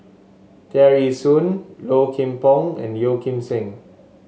Tear Ee Soon Low Kim Pong and Yeo Kim Seng